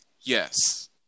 Yes